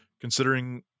considering